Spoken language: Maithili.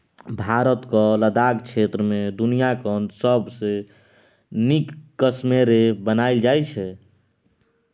भारतक लद्दाख क्षेत्र मे दुनियाँक सबसँ नीक कश्मेरे बनाएल जाइ छै